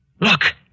Look